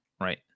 right